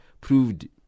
proved